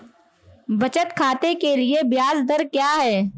बचत खाते के लिए ब्याज दर क्या है?